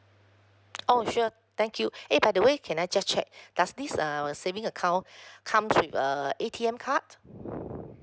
oh sure thank you eh by the way can I just check does this err saving account comes with uh A_T_M card